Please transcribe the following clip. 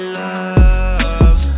love